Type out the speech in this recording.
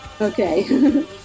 Okay